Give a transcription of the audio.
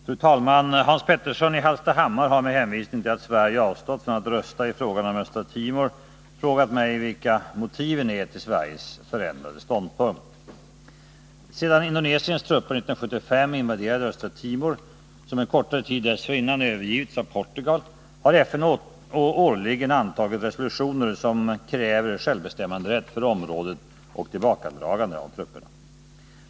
Fru talman! Hans Petersson i Hallstahammar har med hänvisning till att Sverige avstått från att rösta i frågan om Östra Timor frågat mig vilka motiven är till Sveriges förändrade ståndpunkt. Sedan Indonesiens trupper 1975 invaderade Östra Timor, som en kortare tid dessförinnan övergivits av Portugal, har FN årligen antagit resolutioner, som kräver självbestämmanderätt för området och tillbakadragande av trupperna.